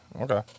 Okay